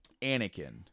Anakin